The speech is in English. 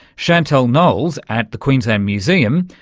chantal knowles at the queensland museum,